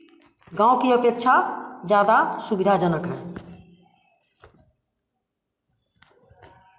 गाँव की अपेक्षा ज़्यादा सुविधाजनक है